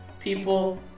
people